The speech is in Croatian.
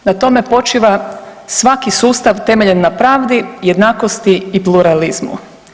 Na tome počiva svaki sustav temeljen na pravdi, jednakosti i pluralizmu.